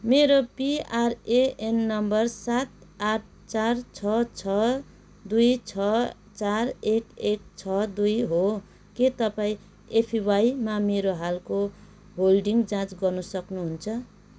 मेरो PRAN number सात आठ चार छ छ दुई छ चार एक एक छ दुई हो के तपाईँँ एपिवाईमा मेरो हालको होल्डिङ जाँच गर्न सक्नु हुन्छ